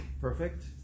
Perfect